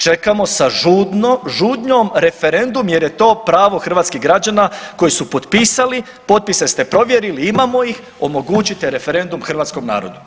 Čekamo sa žudnjom referendum jer je to pravo hrvatskih građana koji su potpisali, potpise ste provjerili, imamo ih, omogućite referendum hrvatskom narodu.